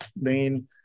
main